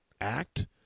act